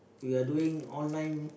we are doing online